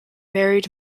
married